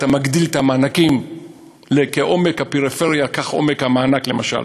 אתה מגדיל את המענקים ל"כעומק הפריפריה כך עומק המענק" למשל,